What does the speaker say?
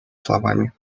словами